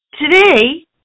Today